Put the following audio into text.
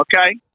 Okay